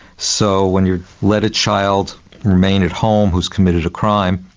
so when you let a child remain at home who has committed a crime,